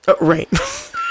Right